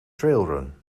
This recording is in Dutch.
trailrun